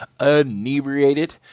inebriated